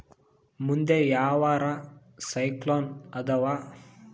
ಮುಂದೆ ಯಾವರ ಸೈಕ್ಲೋನ್ ಅದಾವ?